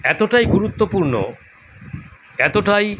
এতটাই গুরুত্বপূর্ণ এতটাই